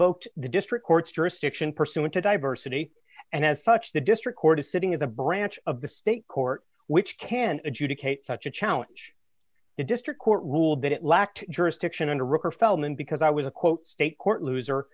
invoked the district court's jurisdiction pursuant to diversity and as such the district court a sitting is a branch of the state court which can adjudicate such a challenge the district court ruled that it lacked jurisdiction under ricker feldman because i was a quote state court loser